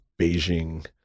Beijing